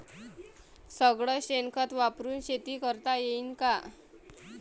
सगळं शेन खत वापरुन शेती करता येईन का?